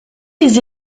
les